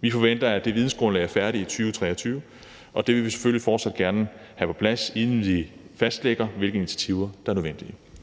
Vi forventer, at det vidensgrundlag er færdigt 2023, og det vil vi selvfølgelig fortsat gerne have på plads, inden vi fastlægger, hvilke initiativer der er nødvendige.